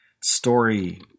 story